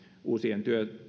uusien